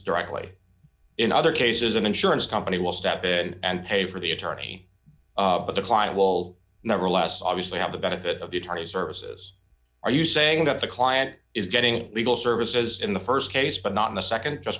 directly in other cases an insurance company will step in and pay for the attorney but the client will never less obviously have the benefit of the attorney's services are you saying that the client is getting legal services in the st case but not in the nd just